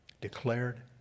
declared